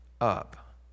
up